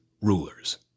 rulers